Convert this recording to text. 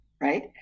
right